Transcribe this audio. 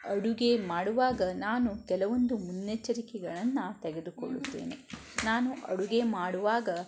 ಅಡುಗೆ ಮಾಡುವಾಗ ನಾನು ಕೆಲವೊಂದು ಮುನ್ನೆಚ್ಚರಿಕೆಗಳನ್ನು ತೆಗೆದುಕೊಳ್ಳುತ್ತೇನೆ ನಾನು ಅಡುಗೆ ಮಾಡುವಾಗ